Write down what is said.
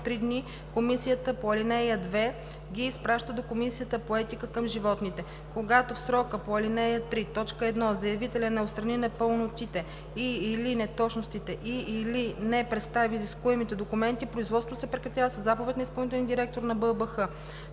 три дни комисията по ал. 2 ги изпраща до Комисията по етика към животните. Когато в срока по ал. 3, т. 1 заявителят не отстрани непълнотите и/или неточностите и/или не представи изискуемите документи, производството се прекратява със заповед на изпълнителния директор на БАБХ.“